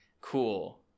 cool